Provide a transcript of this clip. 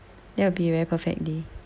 that'll be a very perfect day